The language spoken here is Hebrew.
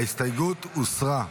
ההסתייגות הוסרה.